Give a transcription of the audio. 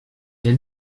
elle